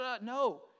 no